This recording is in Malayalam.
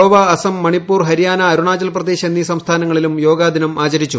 ഗോവ അസം മണിപ്പൂർ ഹരിയാന അരുണാചൽപ്രദേശ് എന്നി സംസ്ഥാനങ്ങളിലും യോഗാദിനം ആചരിച്ചു